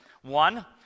One